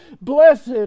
Blessed